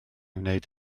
wneud